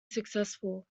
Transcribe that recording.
successful